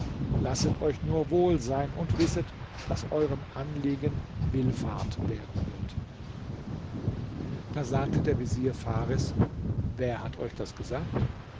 lasset euch nur wohl sein und wisset daß eurem anliegen willfahrt werden wird da sagte der vezier fares wer hat euch das gesagt